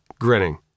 grinning